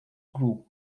group